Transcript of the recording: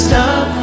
Stop